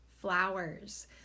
flowers